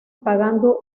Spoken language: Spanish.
pagando